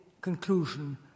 conclusion